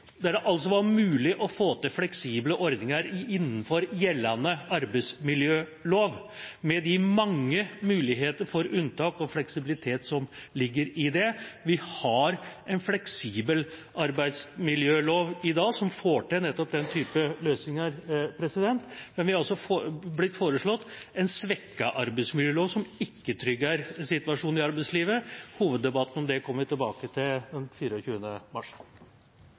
det var mulig å få til fleksible ordninger innenfor gjeldende arbeidsmiljølov, med de mange muligheter for unntak og fleksibilitet som ligger i den. Vi har en fleksibel arbeidsmiljølov i dag, som får til nettopp den typen løsninger. Men det blir altså foreslått en svekket arbeidsmiljølov, som ikke trygger situasjonen i arbeidslivet. Hoveddebatten om det kommer vi tilbake til den 24. mars.